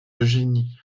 eugénie